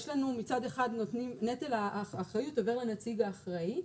יש לנו מצד אחד נטל האחריות עובר לנציג האחראי,